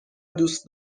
دوست